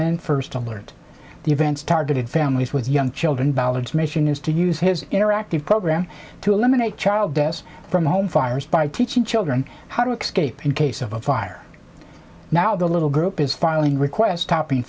and first alert the events targeted families with young children ballard's mission is to use his interactive program to eliminate child deaths from home fires by teaching children how to case of a fire now the little group is filing requests topping